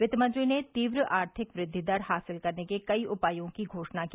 वित्तमंत्री ने तीव्र आर्थिक वृद्धि दर हासिल करने के कई उपायों की घोषणा की